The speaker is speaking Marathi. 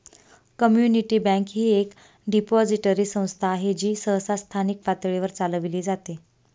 कम्युनिटी बँक ही एक डिपॉझिटरी संस्था आहे जी सहसा स्थानिक पातळीवर चालविली जाते